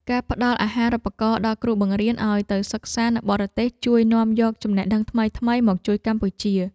ការផ្តល់អាហារូបករណ៍ដល់គ្រូបង្រៀនឱ្យទៅសិក្សានៅបរទេសជួយនាំយកចំណេះដឹងថ្មីៗមកជួយកម្ពុជា។